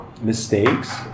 mistakes